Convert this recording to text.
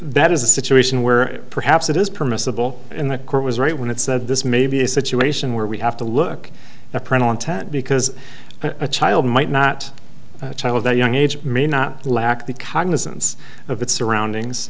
that is a situation where perhaps it is permissible in the court was right when it said this may be a situation where we have to look at print on tat because a child might not a child that young age may not lack the cognizance of its surroundings